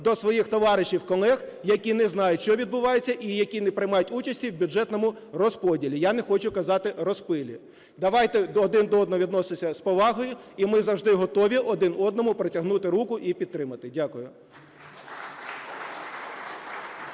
до своїх товаришів колег, які не знають, що відбувається, і які не приймають участи в бюджетному розподілі. Я не хочу казати, розпилі. Давайте один до одного відноситися з повагою і ми завжди готові один одному протягнути руку і підтримати. Дякую.